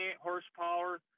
horsepower